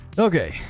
Okay